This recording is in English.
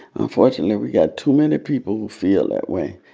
unfortunately, we've got too many people who feel that way.